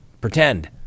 pretend